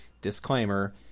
disclaimer